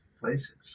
places